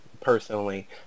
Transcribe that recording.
personally